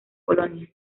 polonia